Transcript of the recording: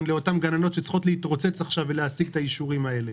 לאותן גננות שצריכות להתרוצץ עכשיו ולהשיג את האישורים האלה.